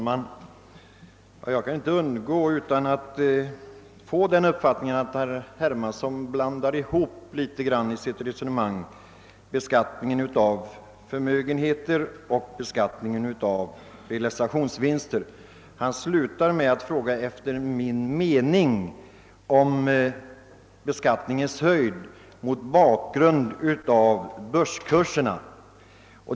Herr talman! Jag kan inte undgå att få den uppfattningen att herr Hermansson i sitt resonemang något blandar ihop beskattningen av förmögenheter och beskattningen av realisationsvinster. Han slutar sitt anförande med att fråga efter min mening om beskattningens höjd mot bakgrund av börskurserna.